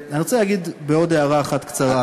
אני רוצה להגיד עוד הערה אחת קצרה.